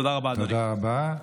תודה רבה,